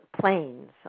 planes